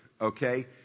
okay